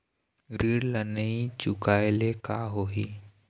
ऋण ला नई चुकाए ले का होही?